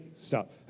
stop